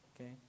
okay